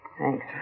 Thanks